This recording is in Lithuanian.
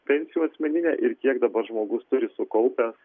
pensijų asmeninę ir kiek dabar žmogus turi sukaupęs